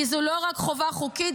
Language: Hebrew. כי זו לא רק חובה חוקית,